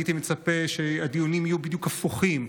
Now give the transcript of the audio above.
אני הייתי מצפה שהדיונים יהיו בדיוק הפוכים.